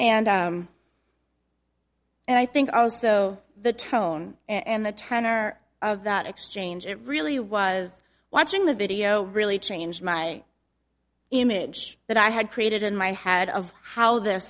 and and i think also the tone and the tenor of that exchange it really was watching the video really change my image that i had created in my head of how th